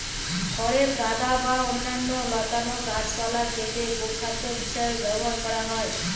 খড়ের গাদা বা অন্যান্য লতানো গাছপালা কেটে গোখাদ্য হিসাবে ব্যবহার করা হয়